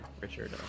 Richard